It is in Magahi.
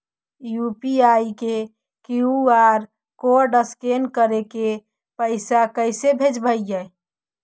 यु.पी.आई के कियु.आर कोड स्कैन करके पैसा कैसे भेजबइ?